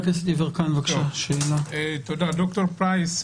ד"ר פרייס,